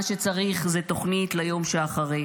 מה שצריך זה תוכנית ליום שאחרי,